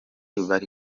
bari